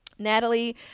Natalie